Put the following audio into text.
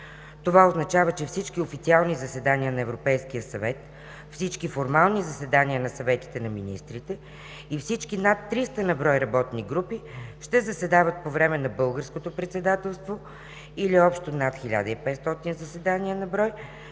Това означава, че всички официални заседания на Европейския съвет, всички формални заседания на съветите на министрите и всички над 300 на брой работни групи ще заседават по време на българското председателство или общо над 1500 заседания ще бъдат